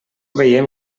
veiem